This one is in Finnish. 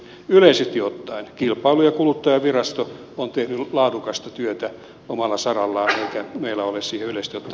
yleisesti ottaen kilpailu ja kuluttajavirasto on tehnyt laadukasta työtä omalla sarallaan eikä meillä ole syyllistytty